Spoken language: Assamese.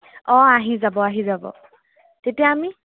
অঁ আহি যাব আহি যাব তেতিয়া আমি